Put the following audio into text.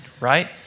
right